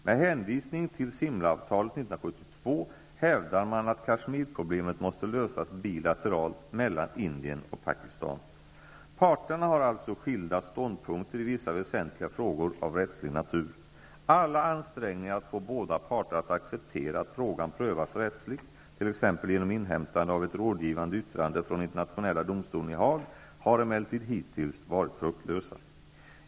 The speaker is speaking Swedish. Med hänvisning till Simlaavtalet 1972 hävdar man att Kashmirproblemet måste lösas bilateralt mellan Parterna har alltså skilda ståndpunkter i vissa väsentliga frågor av rättslig natur. Alla ansträngningar för att få båda parter att acceptera att frågan prövas rättsligt, t.ex. genom inhämtande av ett rådgivande yttrande från Internationella domstolen i Haag, har emellertid hittills varit fruktlösa.